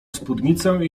spódnicę